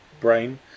brain